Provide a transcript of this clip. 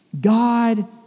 God